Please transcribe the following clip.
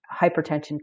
hypertension